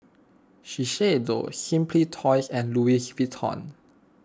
Shiseido Simply Toys and Louis Vuitton